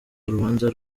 urubanza